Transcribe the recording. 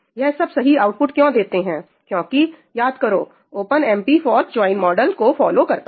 यह सब सही आउटपुट क्यों देते हैं क्योंकि याद करो ओपनएमपी फॉर्क ज्वाइन मॉडल को फॉलो करता है